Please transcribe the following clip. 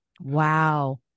wow